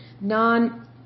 non